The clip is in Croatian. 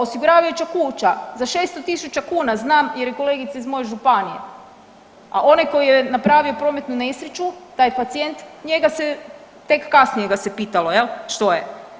Osiguravajuća kuća za 600 000 kuna znam, jer je kolegica iz moje županije, a onaj koji joj je napravio prometnu nesreću, taj pacijent njega se tek kasnije ga se pitalo što je.